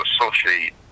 associate